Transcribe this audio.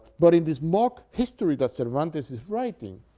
but in this mock history that cervantes is writing